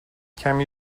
کمی